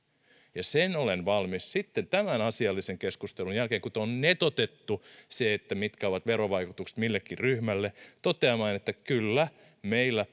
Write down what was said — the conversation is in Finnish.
sen olen valmis sitten tämän asiallisen keskustelun jälkeen kun on nettoutettu se mitkä ovat verovaikutukset millekin ryhmälle toteamaan että kyllä meillä